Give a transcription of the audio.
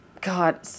god